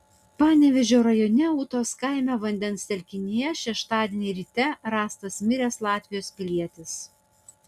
panevėžio rajone ūtos kaime vandens telkinyje šeštadienį ryte rastas miręs latvijos pilietis